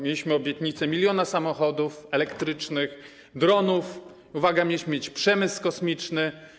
Mieliśmy obietnicę miliona samochodów elektrycznych, dronów, uwaga, mieliśmy mieć przemysł kosmiczny.